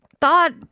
thought